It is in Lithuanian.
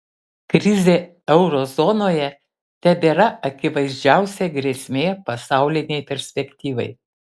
krizė euro zonoje tebėra akivaizdžiausia grėsmė pasaulinei perspektyvai